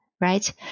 right